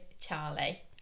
Charlie